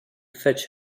fetch